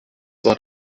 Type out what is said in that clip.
war